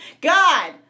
God